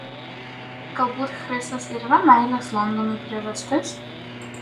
galbūt chrisas ir yra meilės londonui priežastis